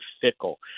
fickle